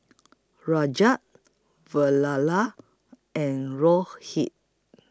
Rajat and Rohit